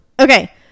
Okay